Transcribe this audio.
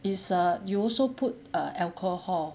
is err you also put err alcohol